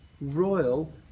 royal